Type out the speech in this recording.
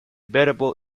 verbo